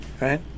right